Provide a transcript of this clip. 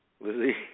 Lizzie